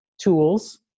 tools